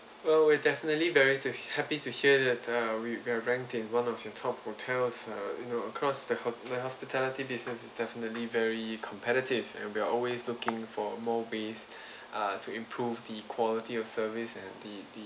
well we'll definitely very happy to hear that uh we we're ranked in one of the top hotels uh you know across the the hospitality business is definitely very competitive and we're always looking for more ways uh to improve the quality of service and the the